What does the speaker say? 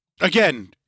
again